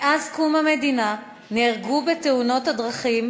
מאז קום המדינה נהרגו בתאונות דרכים